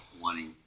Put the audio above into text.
wanting